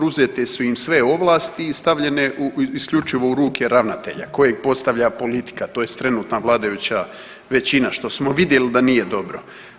Uzete su im sve ovlasti i stavljene isključivo u ruke ravnatelja kojeg postavlja politika, tj. trenutna vladajuća većina što smo vidjeli da nije dobro.